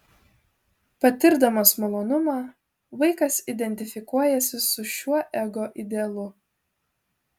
patirdamas malonumą vaikas identifikuojasi su šiuo ego idealu